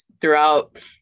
throughout